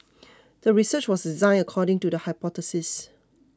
the research was designed according to the hypothesis